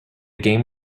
game